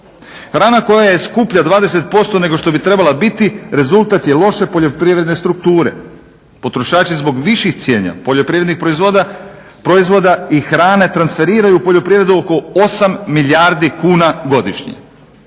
Hrana koja je skupljija 20% nego što bi trebala biti rezultat je loše poljoprivredne strukture. Potrošači zbog viših cijena poljoprivrednih proizvoda i hrane transferiraju u poljoprivredu oko osam milijardi kuna godišnje.